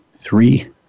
three